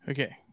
Okay